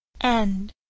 End